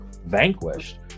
vanquished